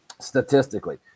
Statistically